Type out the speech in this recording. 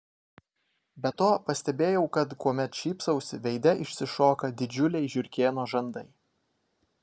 be to pastebėjau kad kuomet šypsausi veide išsišoka didžiuliai žiurkėno žandai